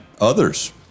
others